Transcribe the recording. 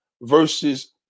versus